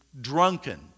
drunken